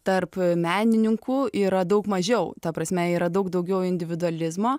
tarp menininkų yra daug mažiau ta prasme yra daug daugiau individualizmo